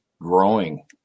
growing